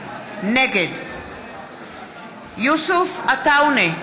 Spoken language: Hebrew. נגד יוסף עטאונה,